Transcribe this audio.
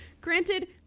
Granted